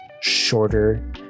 shorter